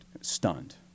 stunned